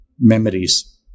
memories